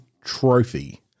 trophy